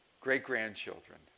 great-grandchildren